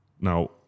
now